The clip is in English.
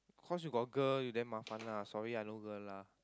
cause you got girl you damn 麻烦:mafan lah sorry I no girl lah